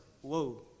whoa